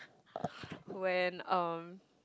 when um